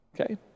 Okay